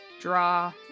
draw